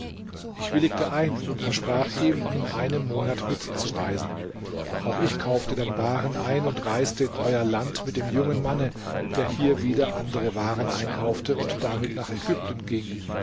ich willigte ein und versprach ihm in einem monat mitzureisen auch ich kaufte dann waren ein und reiste in euer land mit dem jungen manne der hier wieder andere waren einkaufte und damit nach ägypten ging